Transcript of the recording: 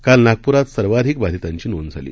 काल नागपुरात सर्वाधिक बाधितांची नोंद झाली